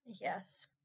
Yes